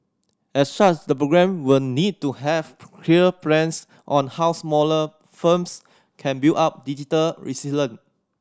as such the programme will need to have clear plans on how smaller firms can build up digital resilient